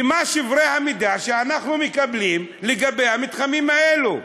ומה שברי המידע שאנחנו מקבלים לגבי המתחמים האלה?